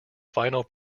final